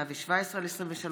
איימן עודה,